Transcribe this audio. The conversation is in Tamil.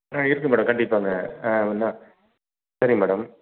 ஆ இருக்குது மேடம் கண்டிப்பாங்க வந் சரிங்க மேடம்